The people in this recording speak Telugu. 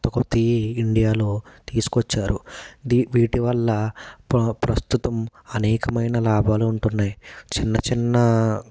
కొత్త కొత్తవి ఇండియాలో తీసుకొచ్చారు వీటి వల్ల ప్రస్తుతం అనేకమైన లాభాలు ఉంటున్నాయి చిన్న చిన్న